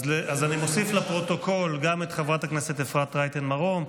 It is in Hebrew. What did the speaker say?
אז אני מוסיף לפרוטוקול גם את חברת הכנסת אפרת רייטן מרום.